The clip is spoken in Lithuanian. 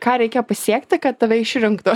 ką reikia pasiekti kad tave išrinktų